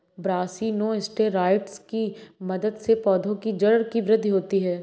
brassinosteroids की मदद से पौधों की जड़ की वृद्धि होती है